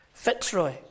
Fitzroy